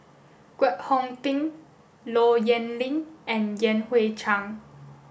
Kwek Hong Png Low Yen Ling and Yan Hui Chang